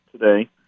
today